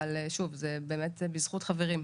אבל שוב זה באמת בזכות חברי.